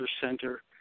center